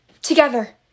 Together